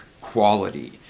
quality